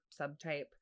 subtype